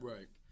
Right